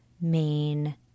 main